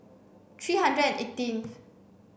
three hundred and eighteen